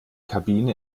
kabine